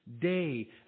day